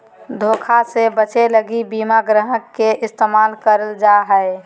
धोखा से बचे लगी बीमा ग्राहक के इस्तेमाल करल जा हय